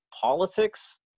politics